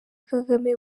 kagame